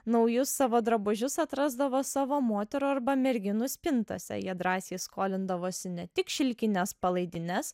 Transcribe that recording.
naujus savo drabužius atrasdavo savo moterų arba merginų spintose jie drąsiai skolindavosi ne tik šilkines palaidines